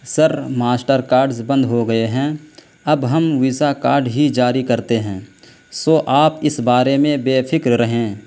سر Mastercards کارڈز بند ہو گئے ہیں اب ہم ویزا کارڈ ہی جاری کرتے ہیں سو آپ اس بارے میں بےفکر رہیں